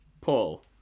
Paul